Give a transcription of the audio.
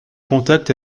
contact